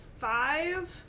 five